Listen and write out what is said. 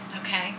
Okay